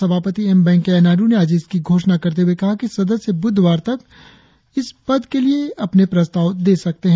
सभापति एम वेंकैया नायडु ने आज इसकी घोषणा करते हुए कहा कि सदस्य ब्रधवार तक इस पद के लिए अपने प्रस्ताव दे सकते हैं